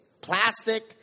plastic